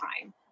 time